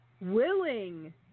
Willing